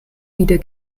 wieder